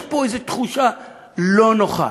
יש פה איזו תחושה לא נוחה,